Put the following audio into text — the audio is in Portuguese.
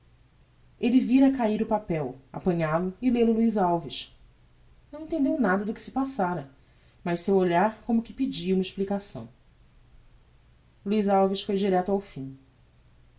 elle vira cair o papel apanhal-o e lel o luiz alves não entendeu nada do que se passara mas seu olhar como que pedia uma explicação luiz alves foi direito ao fim